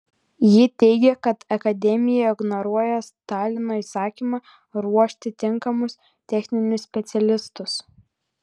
ji teigė kad akademija ignoruoja stalino įsakymą ruošti tinkamus techninius specialistus